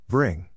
Bring